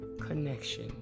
connection